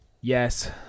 Yes